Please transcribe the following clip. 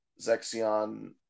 Zexion